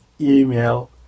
email